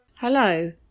Hello